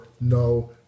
no